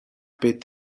pět